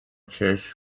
church